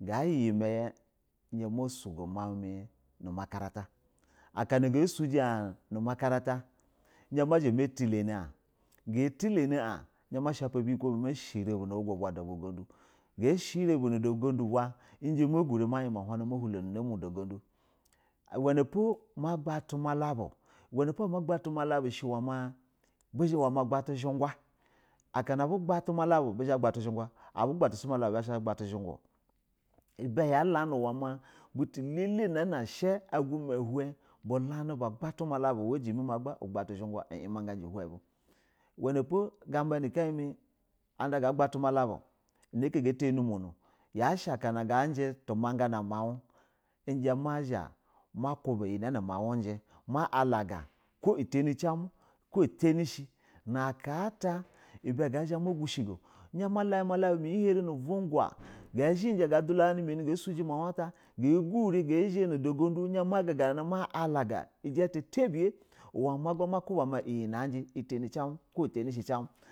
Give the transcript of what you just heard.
gayi yɛma yɛ izhɛ ma sugo mau mimi nu makarata, aka na ga sujɛ maumi nu makaranta izha matilani in ga tilanɛ a izhɛ ma shapa biyuko mɛ nu da godu ga shɛ rabu nuda gudu izha ma grɛ na bulo ninamɛ uwɛ napo ma gbatu ma labu uwɛ nap o ama gbatu malaba ma magbatu zhuga, akana abugba tu mala bub a gbutu zhuga butu ibɛ butolela na shɛ aguma uhin bulani ba gbatu malabu uwɛ jimi ma ugbatu zhuga nu hin bu yashɛ garba nu kayi mi ada ga temɛ nu umƌnƌ yashɛ akana gajɛ tuma ga namuw ɛzha ma zha ma kuba iyi na mau ujɛ ma a laga uko tari cɛ ko utani shɛ na aka ata ibɛ ga zha ma gushɛ go izhɛ ma laya ma la bu, nu uvwu wag a zhɛjɛ a suganɛ mau ata gagurɛ na da gundu ma guga nana maa alaga cita tabiya ujɛtɛ tani cin ko tanɛ shɛ cin.